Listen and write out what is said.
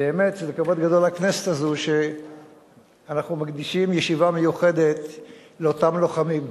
באמת זה כבוד גדול לכנסת הזו שאנחנו מקדישים ישיבה מיוחדת לאותם לוחמים.